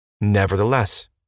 Nevertheless